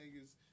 niggas